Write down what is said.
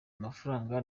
amafaranga